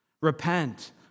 Repent